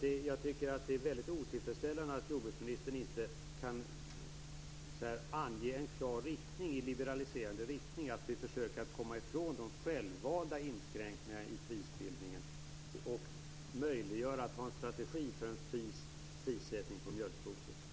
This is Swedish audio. Jag tycker att det är mycket otillfredsställande att jordbruksministern inte kan ange en klar riktning i liberaliserande riktning, så att vi försöker komma ifrån de självvalda inskränkningarna i prisbildningen och möjliggör en strategi för prissättning på mjölkkvoter.